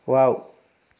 wow